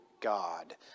God